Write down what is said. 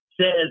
says